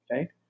Right